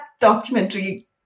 documentary